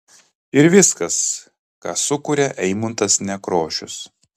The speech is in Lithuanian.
ir viskas ką sukuria eimuntas nekrošius